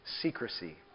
secrecy